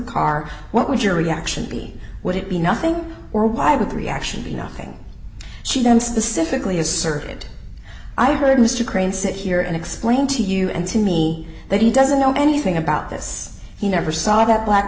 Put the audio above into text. car what would your reaction be would it be nothing or why would the reaction be nothing she then specifically asserted i heard mr crane said he there and explained to you and to me that he doesn't know anything about this he never saw that black